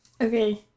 Okay